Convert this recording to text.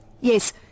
Yes